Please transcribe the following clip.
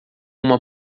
uma